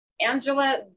Angela